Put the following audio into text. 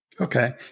Okay